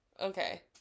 Okay